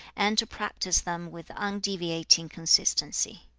and to practise them with undeviating consistency